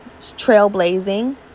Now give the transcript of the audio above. trailblazing